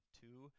two